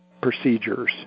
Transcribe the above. procedures